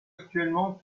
actuellement